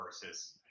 versus